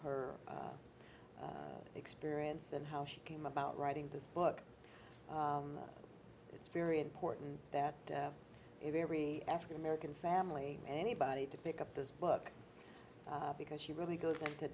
her experience and how she came about writing this book it's very important that every african american family anybody to pick up this book because she really goes into